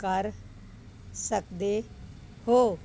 ਕਰ ਸਕਦੇ ਹੋ